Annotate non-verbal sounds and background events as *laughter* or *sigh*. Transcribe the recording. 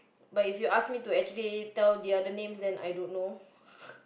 but if you ask me to actually tell the other names then I don't know *breath* *laughs*